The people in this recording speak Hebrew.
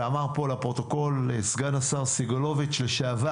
ואמר פה לפרוטוקול סגן השר לשעבר,